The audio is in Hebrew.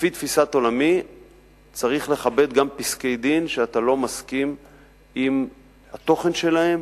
לפי תפיסת עולמי צריך לכבד גם פסקי-דין שאתה לא מסכים עם התוכן שלהם,